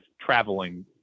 traveling